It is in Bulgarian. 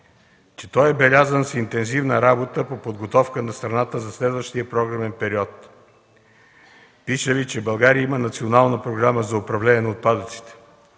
че той е белязан с интензивна работа по подготовка на страната за следващия програмен период. Пиша Ви, че България има Национална програма за управление на отпадъците.